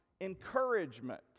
encouragement